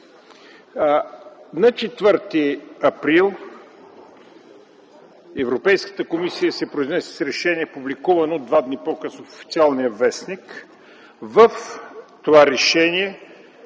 На 4 април Европейската комисия се произнесе с решение, публикувано два дни по-късно в Официалния вестник, в което